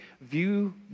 view